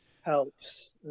helps